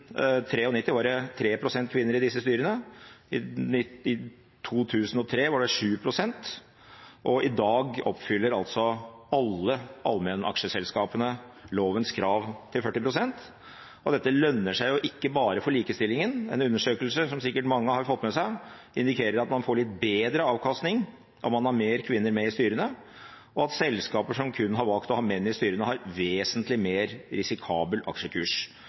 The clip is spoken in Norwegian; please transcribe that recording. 1993 var det 3 pst. kvinner i disse styrene, i 2003 var det 7 pst, og i dag oppfyller alle allmennaksjeselskapene lovens krav til 40 pst. Dette lønner seg ikke bare for likestillingen, men undersøkelser – som sikkert mange har fått med seg – indikerer at man får litt bedre avkastning når man har mer kvinner med i styrene, og at selskaper som har valgt å ha kun menn i styrene, har vesentlig mer risikabel aksjekurs.